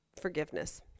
forgiveness